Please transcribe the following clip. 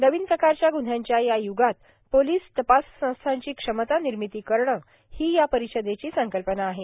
नवीन प्रकारच्या ग्न्ह्यांच्या या य्गात पोलीस तपास संस्थांची क्षमता निर्मिती करणं ही या परिषदेची संकल्पना आहे